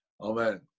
Amen